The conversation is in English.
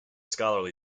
scholarly